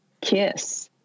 Kiss